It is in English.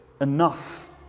enough